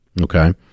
Okay